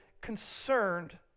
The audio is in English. concerned